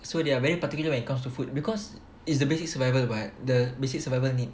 so they are very particular when it comes to food because it's the basic survival [what] the basic survival need